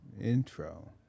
intro